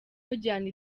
imujyana